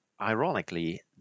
ironically